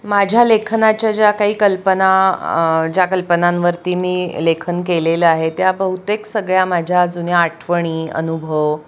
माझ्या लेखनाच्या ज्या काही कल्पना ज्या कल्पनांवरती मी लेखन केलेलं आहे त्या बहुतेक सगळ्या माझ्या जुन्या आठवणी अनुभव